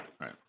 right